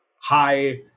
high